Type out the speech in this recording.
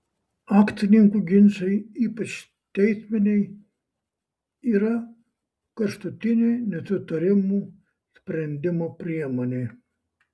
akcininkų ginčai ypač teisminiai yra kraštutinė nesutarimų sprendimo priemonė